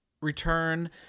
return